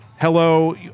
hello